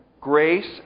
grace